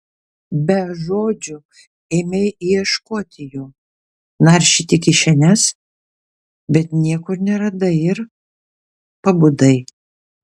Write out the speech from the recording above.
be žodžių ėmei ieškoti jo naršyti kišenes bet niekur neradai ir pabudai